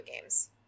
games